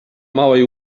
małej